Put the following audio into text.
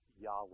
Yahweh